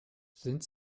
sind